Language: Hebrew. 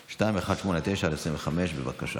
2189/25. בבקשה,